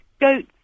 goat's